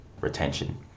retention